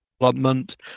development